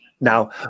Now